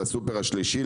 ולסופר השלישי,